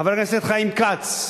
חבר הכנסת חיים כץ,